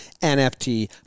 NFT